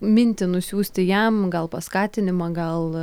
mintį nusiųsti jam gal paskatinimą gal